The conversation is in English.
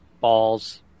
Balls